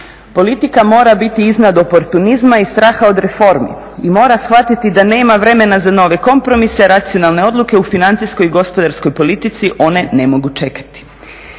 politika mora biti iznad oportunizma i straha od reformi i mora shvatiti da nema vremena za nove kompromise, racionalne odluke u financijskoj i gospodarskoj politici, one ne mogu čekati.